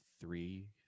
three